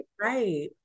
Right